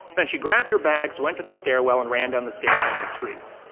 then she grabbed her bags, went to the stairwell, and ran down the stairs onto the street.